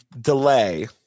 delay